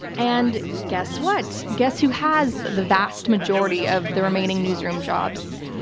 and guess what? guess who has the vast majority of the remaining newsroom jobs,